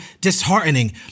disheartening